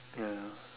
ya